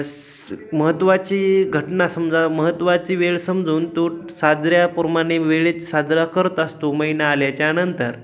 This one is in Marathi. स महत्त्वाची घटना समजा महत्त्वाची वेळ समजून तो साजऱ्याप्रमाणे वेळेत साजरा करत असतो महिना आल्याच्यानंतर